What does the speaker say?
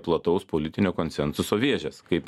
plataus politinio konsensuso vėžes kaip